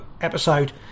episode